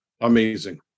amazing